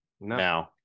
now